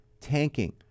tanking